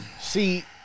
See